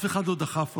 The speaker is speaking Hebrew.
אף אחד לא דחף אותו.